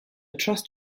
trust